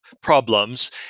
problems